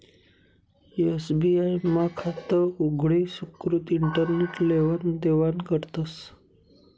SBI मा खातं उघडी सुकृती इंटरनेट लेवान देवानं करस